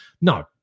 No